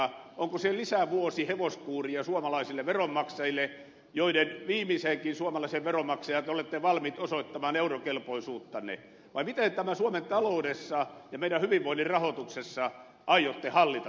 onko se lisävuosi hevoskuuria suomalaisille veronmaksajille joista viimeisenkin suomalaisen veronmaksajan te olette valmiit laittamaan osoittamaan eurokelpoisuuttanne vai miten suomen taloudessa ja meidän hyvinvoinnin rahoituksessa aiotte hallita tämän tilanteen